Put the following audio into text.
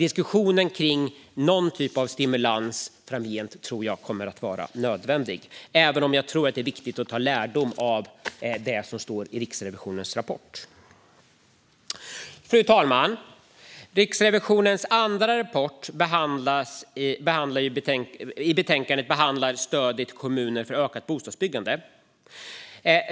Diskussionen om någon typ av stimulans framgent är nödvändig, även om jag tror att det är viktigt att dra lärdom av Riksrevisionens rapport. Fru talman! Riksrevisionens andra rapport som tas upp i betänkandet behandlar stödet till kommuner för ökat bostadsbyggande.